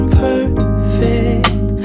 perfect